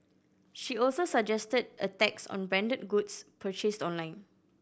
she also suggested a tax on branded goods purchased online